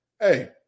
hey